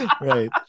right